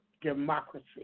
democracy